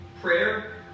prayer